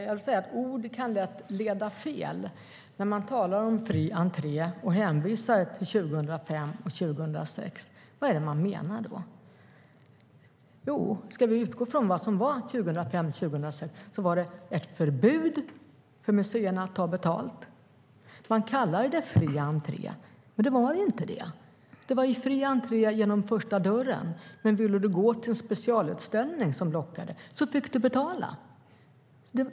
Herr talman! Ord kan lätt leda fel. När man talar om fri entré och hänvisar till 2005 och 2006 - vad menar man? Åren 2005-2006 fanns ett förbud för museerna att ta betalt. Det kallades fri entré, men det var inte det. Det var fri entré genom första dörren, men ville du gå på en specialutställning fick du betala.